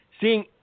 Seeing